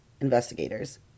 investigators